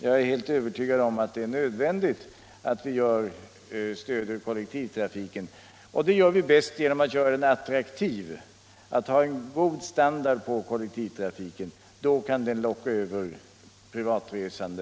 Jag är övertygad om att det är nödvändigt att vi stöder kollektivtrafiken. Det gör vi bäst genom att göra den attraktiv. Om kollektivtrafiken har en god standard kan den locka över privatresande.